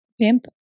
Pimp